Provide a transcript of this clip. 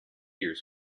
ears